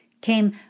came